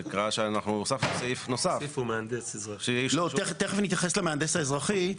הוספנו סעיף נוסף --- תכף נתייחס למהנדס האזרחי,